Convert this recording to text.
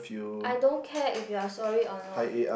I don't care if you're sorry or not